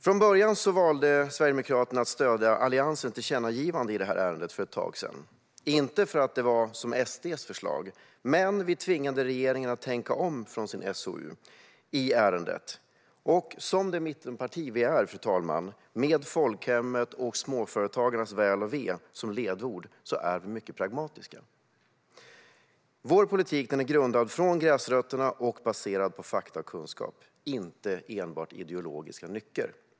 Från början valde Sverigedemokraterna att stödja Alliansens tillkännagivande i ärendet för ett tag sedan - inte för att det skulle ha varit som SD:s förslag, men vi tvingade regeringen att tänka om från sin SOU i ärendet. Som det mittenparti vi är, fru talman, med folkhemmet och småföretagarnas väl och ve som ledord, är vi mycket pragmatiska. Vår politik är grundad från gräsrötterna och baserad på fakta och kunskap, inte enbart ideologiska nycker.